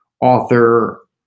author